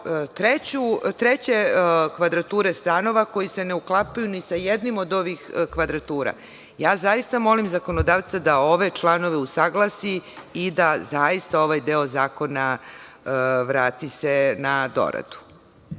treće kvadrature stanova koji se ne uklapaju ni sa jednim od ovih kvadratura. Zaista molim zakonodavca da ove članove usaglasi i da zaista ovaj deo zakona vrati se na doradu.